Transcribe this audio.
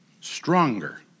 stronger